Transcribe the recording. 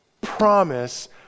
promise